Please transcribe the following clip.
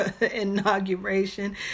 inauguration